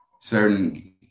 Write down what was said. certain